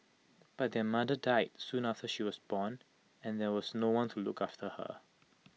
but their mother died soon after she was born and there was no one to look after her